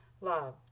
Love